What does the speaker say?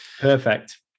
Perfect